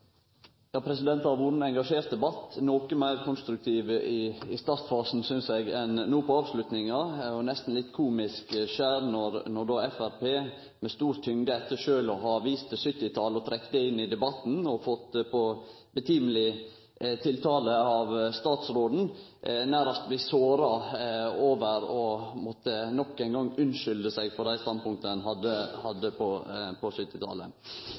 Det har vore ein engasjert debatt – noko meir konstruktiv i startfasen, synest eg, enn no i avslutninga. Det får eit nesten komisk skjer når Framstegspartiet med stor tyngd – etter sjølv å ha vist til 1970-talet, trekt det inn i debatten og fått passande tiltale av statsråden – nærast blir såra over nok ein gong å måtte unnskylde seg for dei standpunkta ein hadde på